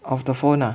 of the phone ah